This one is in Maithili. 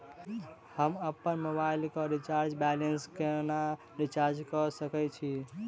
हम अप्पन मोबाइल कऽ घर बैसल कोना रिचार्ज कऽ सकय छी?